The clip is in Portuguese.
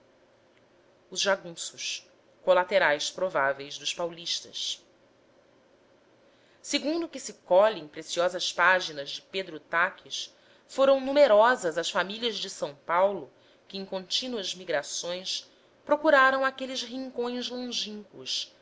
os jagunços colaterais prováveis dos paulistas segundo o que se colhe em preciosas páginas de edro aques foram numerosas as famílias de s paulo que em contínuas migrações procuraram aqueles rincões longínquos